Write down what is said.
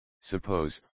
Suppose